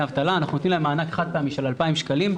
אבטלה וניתן להם מענק חד-פעמי של 2,000 שקלים.